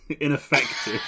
ineffective